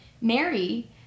Mary